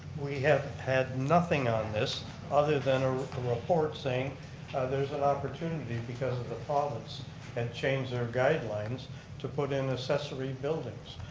we have had nothing on this other than a report saying there's an opportunity, because of the province had changed their guidelines to put in accessory buildings.